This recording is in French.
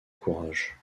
courage